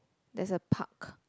there's a park